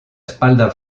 espalda